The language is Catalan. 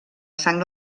sang